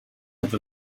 have